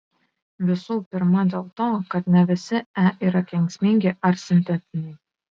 visų pirma dėl to kad ne visi e yra kenksmingi ar sintetiniai